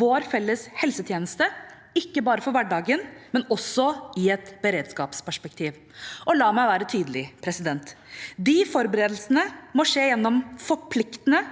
vår felles helsetjeneste – ikke bare for hverdagen, men også i et beredskapsperspektiv. La meg være tydelig: De forberedelsene må skje gjennom forpliktende